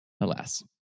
Alas